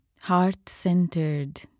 heart-centered